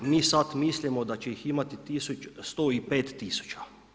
Mi sad mislimo da će ih imati 105 000.